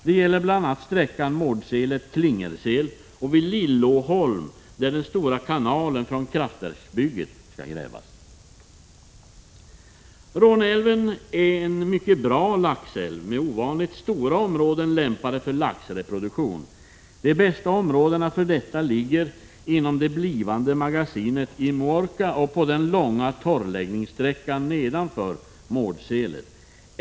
Det gäller bl.a. sträckan Mårdselet-Klingelsel och vid Lillåholm, där den stora kanalen från kraftverksbygget skall grävas. Råneälven är en mycket bra laxälv med ovanligt stora områden lämpade för laxreproduktion. De bästa områdena för detta ligger inom det blivande magasinet i Muorka och på den långa torrläggningssträckan nedanför Mårdselet.